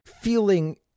feeling